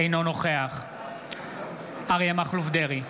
אינו נוכח אריה מכלוף דרעי,